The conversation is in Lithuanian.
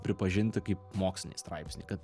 pripažinti kaip moksliniai straipsniai kad